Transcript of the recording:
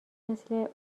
مثل